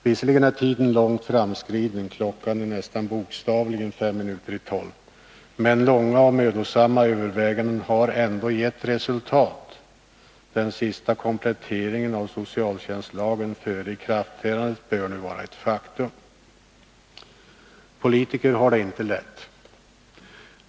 Visserligen är tiden långt framskriden, klockan är nästan bokstavligen 5 minuter i 12, men långa och mödosamma överväganden har ändå gett resultat: Den sista kompletteringen av socialtjänstlagen före ikraftträdandet bör nu vara ett faktum. Politiker har det inte lätt.